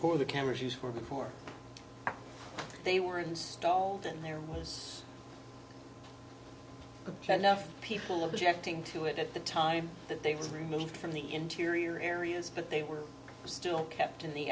for the cameras used for before they were installed and there was no people objecting to it at the time that they were removed from the interior areas but they were still kept in the